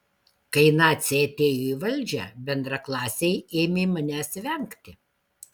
kai naciai atėjo į valdžią bendraklasiai ėmė manęs vengti